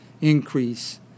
increase